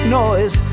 noise